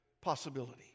possibility